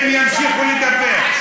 הם ימשיכו לדבר.